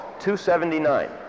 279